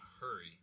hurry